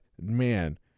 man